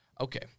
Okay